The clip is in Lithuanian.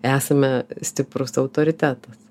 esame stiprūs autoritetas